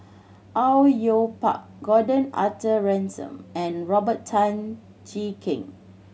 Au Yue Pak Gordon Arthur Ransome and Robert Tan Jee Keng